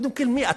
קודם כול, מי אתה?